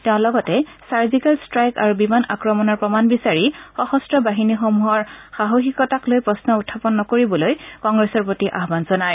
তেওঁ লগতে surgical strike আৰু বিমান আক্ৰমণৰ প্ৰমাণ বিচাৰি সশস্ত বাহিনীসমূহৰ সাহসীকতাক লৈ প্ৰশ্ন উত্থাপন নকৰিবলৈ কংগ্ৰেছৰ প্ৰতি আহান জনায়